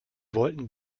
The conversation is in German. wollten